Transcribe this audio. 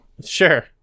Sure